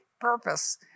purpose